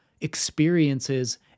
experiences